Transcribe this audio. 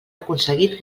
aconseguit